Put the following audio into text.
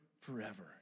forever